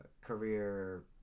career